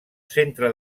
centre